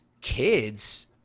kids